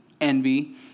envy